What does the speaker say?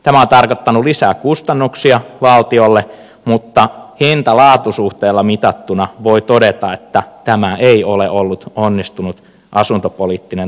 tämä on tarkoittanut lisää kustannuksia valtiolle mutta hintalaatu suhteella mitattuna voi todeta että tämä ei ole ollut onnistunut asuntopoliittinen toimi